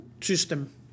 system